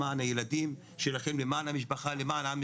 למען הילדים שלכם למען המשפחה למען מדינת